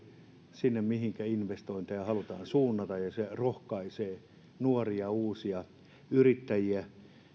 sinne mihinkä investointeja halutaan suunnata ja se rohkaisee nuoria uusia yrittäjiä